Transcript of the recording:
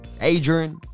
Adrian